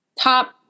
top